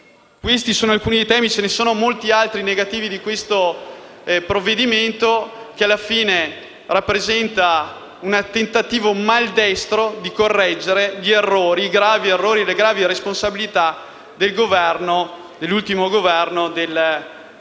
Questi sono solo alcuni temi, ma ve ne sono molto altri negativi in un provvedimento che alla fine rappresenta un tentativo maldestro di correggere i gravi errori e le gravi responsabilità dell'ultimo Governo del presidente